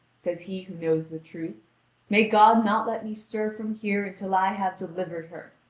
says he who knows the truth may god not let me stir from here until i have delivered her!